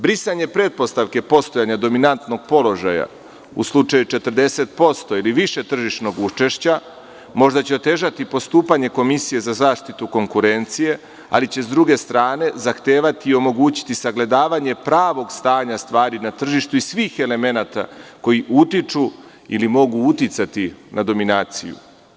Brisanje pretpostavke postojanja dominantnog položaja u slučaju 40% ili više tržišnog učešća možda će otežati postupanje Komisije za zaštitu konkurencije, ali će s druge strane zahtevati i omogućiti sagledavanje pravog stanja stvari na tržištu i svih elemenata koji utiču ili mogu uticati na dominaciju.